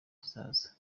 kizaza